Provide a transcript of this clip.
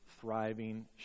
thriving